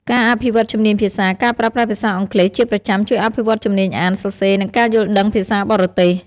ការអភិវឌ្ឍជំនាញភាសា ការប្រើប្រាស់ភាសាអង់គ្លេសជាប្រចាំជួយអភិវឌ្ឍជំនាញអាន សរសេរ និងការយល់ដឹងភាសាបរទេស។